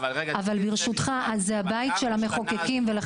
אבל אמיר, זה השלב שאנחנו מסכימים, טוב מאוד.